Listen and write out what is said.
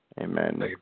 Amen